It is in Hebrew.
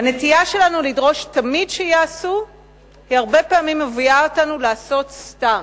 הנטייה שלנו לדרוש תמיד שיעשו הרבה פעמים מביאה אותנו לעשות סתם,